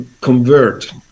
convert